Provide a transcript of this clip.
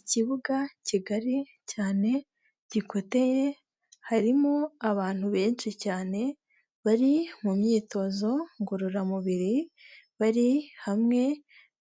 Ikibuga kigari cyane gikoteye, harimo abantu benshi cyane bari mu myitozo ngororamubiri, bari hamwe